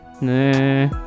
Nah